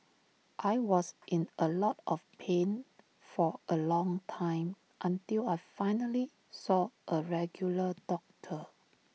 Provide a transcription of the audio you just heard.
I was in A lot of pain for A long time until I finally saw A regular doctor